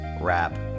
Rap